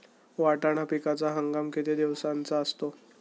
वाटाणा पिकाचा हंगाम किती दिवसांचा असतो?